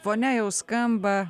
fone jau skamba